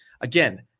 Again